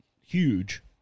huge